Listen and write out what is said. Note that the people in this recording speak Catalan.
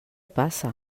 passa